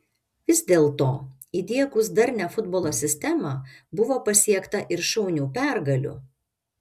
vis dėlto įdiegus darnią futbolo sistemą buvo pasiekta ir šaunių pergalių